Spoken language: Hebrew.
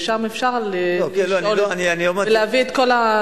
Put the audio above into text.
ושם אפשר לשאול אותו ולהביא את כל,